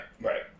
right